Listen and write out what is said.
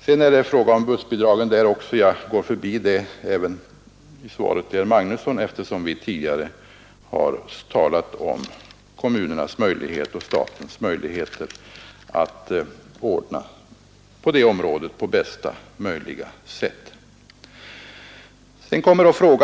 Sedan frågar också herr Magnusson beträffande bidragen till busstrafik, och jag går förbi den frågan även i svaret till honom eftersom vi tidigare har talat om kommunernas och statens möjligheter att ordna på bästa möjliga sätt på det området.